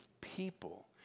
people